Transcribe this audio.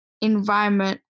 environment